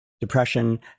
depression